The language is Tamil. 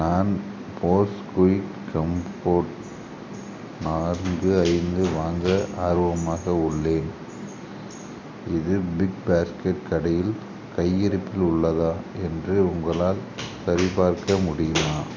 நான் போஸ் குயிக் கம்ஃபோர்ட் நான்கு ஐந்து வாங்க ஆர்வமாக உள்ளேன் இது பிக் பேஸ்கெட் கடையில் கையிருப்பில் உள்ளதா என்று உங்களால் சரிபார்க்க முடியுமா